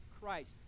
Christ